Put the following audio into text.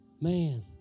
Man